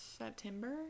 september